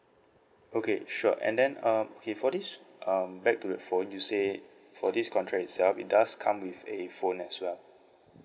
okay sure and then um for this um back to the phone you said for this contract itself it does come with a phone as well